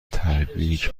تبریک